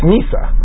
Nisa